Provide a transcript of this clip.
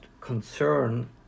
concern